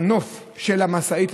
בנוף של המשאית,